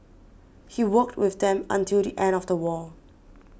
he worked with them until the end of the war